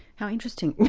how interesting,